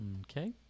Okay